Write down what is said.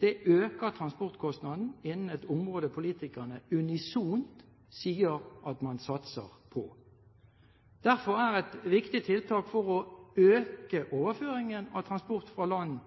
Det øker transportkostnaden innen et område politikerne unisont sier at man satser på. Derfor er et viktig tiltak for å øke overføringen av transport fra land